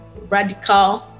radical